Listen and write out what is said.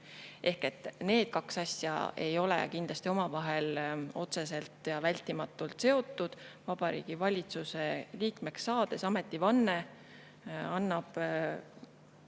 korral. Need kaks asja ei ole kindlasti omavahel otseselt ja vältimatult seotud. Vabariigi Valitsuse liikmeks saamisel annab